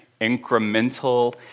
incremental